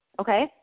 Okay